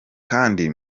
kandi